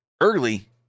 early